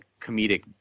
comedic